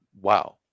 Wow